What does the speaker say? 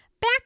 back